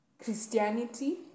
Christianity